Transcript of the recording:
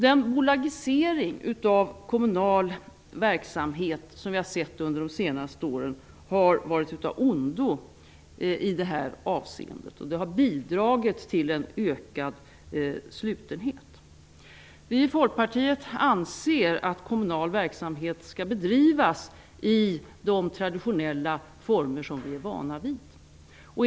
Den bolagisering av kommunal verksamhet som vi har sett under det senaste året har varit av ondo i det här avseendet. Det har bidragit till en ökad slutenhet. Vi i Folkpartiet anser att kommunal verksamhet skall bedrivas i de traditionella former som vi är vana vid.